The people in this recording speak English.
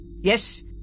Yes